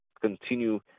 continue